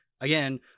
again